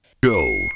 Go